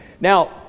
Now